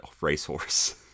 racehorse